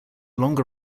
longer